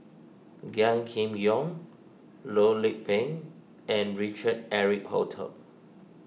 Gan Kim Yong Loh Lik Peng and Richard Eric Holttum